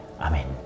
Amen